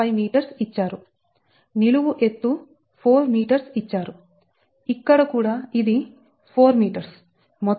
నిలువు ఎత్తు 4m ఇచ్చారు ఇక్కడ కూడా ఇది 4m మొత్తం 4 4 8m